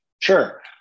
Sure